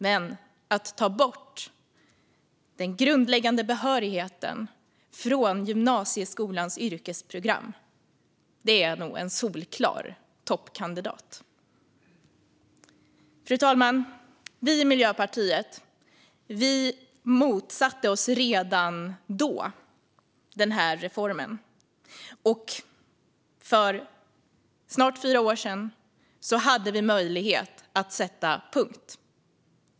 Men att ta bort den grundläggande behörigheten från gymnasieskolans yrkesprogram är nog en solklar toppkandidat. Fru talman! Vi i Miljöpartiet motsatte oss redan då denna reform, och för snart fyra år sedan hade vi möjlighet att sätta punkt.